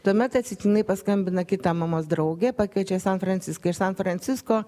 tuomet atsitiktinai paskambina kita mamos draugė pakviečia į san franciską iš san francisko